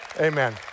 amen